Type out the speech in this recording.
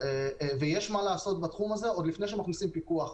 ויש מה לעשות בתחום הזה עוד לפני שמכניסים פיקוח.